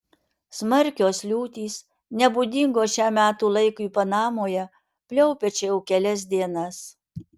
smarkios liūtys nebūdingos šiam metų laikui panamoje pliaupia čia jau kelias dienas